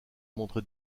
montre